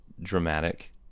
dramatic